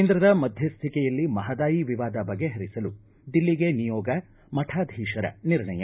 ಕೇಂದ್ರದ ಮಧ್ಯ್ಥಿಕೆಯಲ್ಲಿ ಮಹದಾಯಿ ವಿವಾದ ಬಗೆಹರಿಸಲು ದಿಲ್ಲಿಗೆ ನಿಯೋಗ ಮಠಾಧೀಶರ ನಿರ್ಣಯ